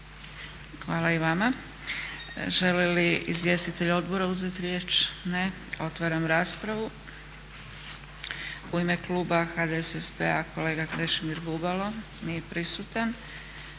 Hvala i vama. Žele li izvjestitelji odbora uzeti riječ? Ne. Otvaram raspravu. U ime kluba HDSSB-a kolega Krešimir Bubalo. Nije prisutan.